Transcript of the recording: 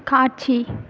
காட்சி